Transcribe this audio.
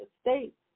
States